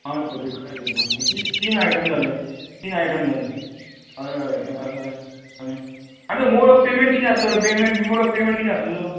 पांच पॅकेटां घेतना तीन तीन आयटम जालें तीन आयटम जालें हय हय हय हय आनी मोड ऑफ पेमेंट किदें आसा तो मोड ऑफ पेमेंट कितें आसतलो तुजो